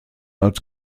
als